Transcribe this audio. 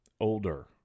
older